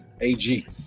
ag